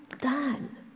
done